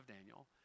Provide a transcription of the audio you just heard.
Daniel